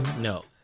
No